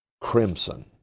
crimson